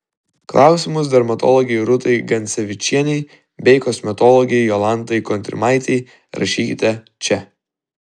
klausimus dermatologei rūtai gancevičienei bei kosmetologei jolantai kontrimaitei rašykite čia